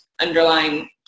underlying